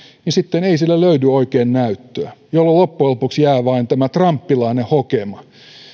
sille sitten löydy oikein näyttöä jolloin loppujen lopuksi jää vain tämä trumpilainen hokema